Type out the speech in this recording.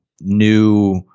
new